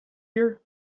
here